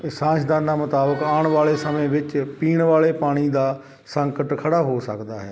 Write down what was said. ਸਾਇੰਸਦਾਨਾਂ ਮੁਤਾਬਕ ਆਉਣ ਵਾਲੇ ਸਮੇਂ ਵਿੱਚ ਪੀਣ ਵਾਲੇ ਪਾਣੀ ਦਾ ਸੰਕਟ ਖੜ੍ਹਾ ਹੋ ਸਕਦਾ ਹੈ